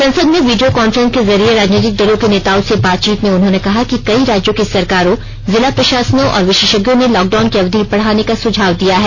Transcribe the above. संसद में video conference के जरिये राजनीतिक दलों के नेताओं से बातचीत में उन्होंने कहा कि कई राज्यों की सरकारों जिला प्रशासनों और विशेषज्ञों ने लॉकडाउन की अवधि बढ़ाने का सुझाव दिया है